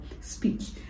speech